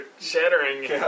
shattering